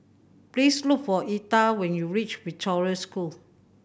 please look for Etha when you reach Victoria School